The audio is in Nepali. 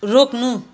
रोक्नु